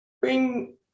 bring